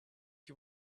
you